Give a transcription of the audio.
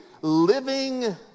living